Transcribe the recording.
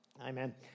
Amen